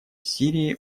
сирии